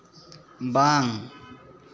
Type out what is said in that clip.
ᱵᱟᱝ